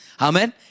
Amen